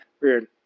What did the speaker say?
weird